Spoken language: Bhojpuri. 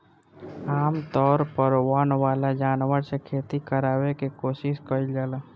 आमतौर पर वन वाला जानवर से खेती करावे के कोशिस कईल जाला